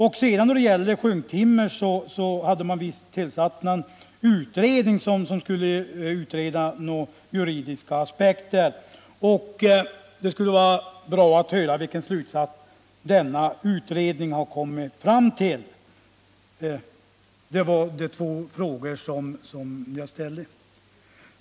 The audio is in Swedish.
I fråga om sjunktimmer hade man visst tillsatt någon utredning som skulle klara ut några juridiska aspekter. Det skulle vara bra att få höra vilken slutsats denna utredning har kommit fram till. Det var de två frågor som jag ställde.